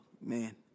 Man